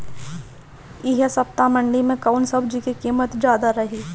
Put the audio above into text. एह सप्ताह मंडी में कउन सब्जी के कीमत ज्यादा रहे?